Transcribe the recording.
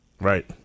right